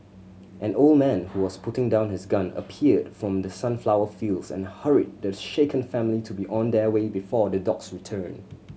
an old man who was putting down his gun appeared from the sunflower fields and hurried the shaken family to be on their way before the dogs return